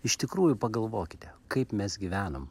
iš tikrųjų pagalvokite kaip mes gyvenom